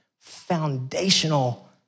foundational